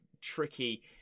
tricky